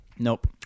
Nope